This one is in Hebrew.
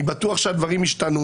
אני בטוח שהדברים השתנו.